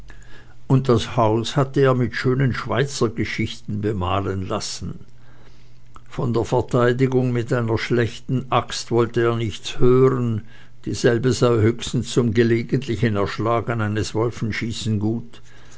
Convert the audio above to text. und das haus hatte er mit schönen schweizergeschichten bemalen lassen von der verteidigung mit einer schlechten axt wollte er nichts hören dieselbe sei höchstens zum gelegentlichen erschlagen eines wolfenschießen gut